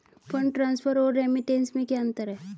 Fund transfer और remittance में क्या अंतर है?